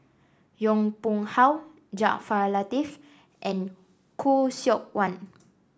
Yong Pung How Jaafar Latiff and Khoo Seok Wan